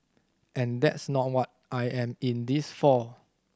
and that's not what I am in this for